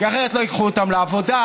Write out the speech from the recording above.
כי אחרת לא ייקחו אותם לעבודה,